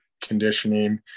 conditioning